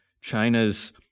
China's